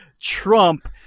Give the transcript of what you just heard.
Trump